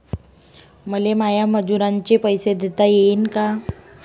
मले माया मजुराचे पैसे देता येईन का?